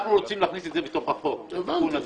אנחנו רוצים להכניס את זה בתוך החוק, התיקון הזה.